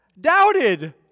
doubted